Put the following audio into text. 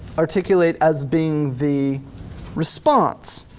articulate as being the response?